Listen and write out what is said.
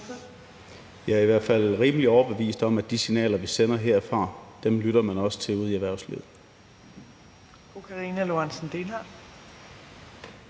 Jeg er i hvert fald rimelig overbevist om, at de signaler, vi sender herfra, lytter man også til ude i erhvervslivet.